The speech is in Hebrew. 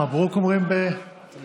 מברוכ, אומרים במחוזותינו?